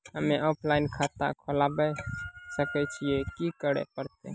हम्मे ऑफलाइन खाता खोलबावे सकय छियै, की करे परतै?